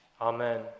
Amen